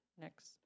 Next